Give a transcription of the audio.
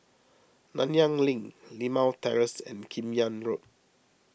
Nanyang Link Limau Terrace and Kim Yam Road